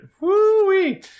Woo-wee